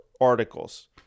articles